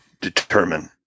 determine